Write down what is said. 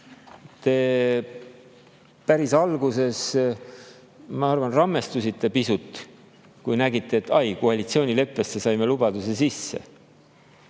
Te päris alguses, ma arvan, rammestusite pisut, kui nägite, et koalitsioonileppesse sai lubadus sisse.